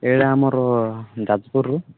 ଏଇଟା ଆମର ଯାଜପୁରରୁ